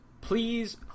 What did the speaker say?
Please